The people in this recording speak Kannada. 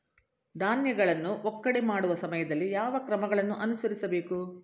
ಧಾನ್ಯಗಳನ್ನು ಒಕ್ಕಣೆ ಮಾಡುವ ಸಮಯದಲ್ಲಿ ಯಾವ ಕ್ರಮಗಳನ್ನು ಅನುಸರಿಸಬೇಕು?